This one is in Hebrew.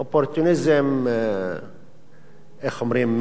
אופורטוניזם, איך אומרים?